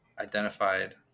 identified